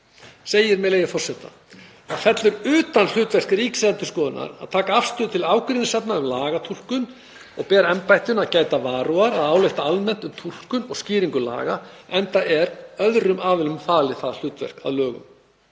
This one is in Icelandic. segir, með leyfi forseta: „Það fellur utan hlutverks Ríkisendurskoðunar að taka afstöðu til ágreiningsefna um lagatúlkun og ber embættinu að gæta varúðar að álykta almennt um túlkun og skýringu laga, enda er öðrum aðilum falið það hlutverk að lögum.